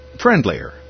friendlier